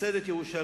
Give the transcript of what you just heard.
שייסד את ירושלים